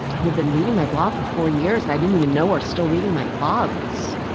who had been reading my blog for four years, i didn't even know were still reading my blog was,